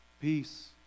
peace